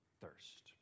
thirst